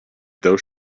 those